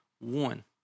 one